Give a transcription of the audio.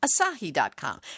Asahi.com